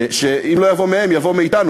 שאם לא יבוא מהם יבוא מאתנו,